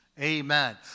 Amen